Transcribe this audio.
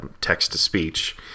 text-to-speech